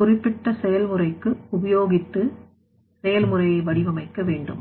குறிப்பிட்ட செயல்முறைக்கு உபயோகித்து செயல்முறையை வடிவமைக்க வேண்டும்